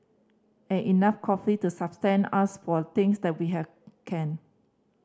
and enough coffee to sustain us for the things that we have can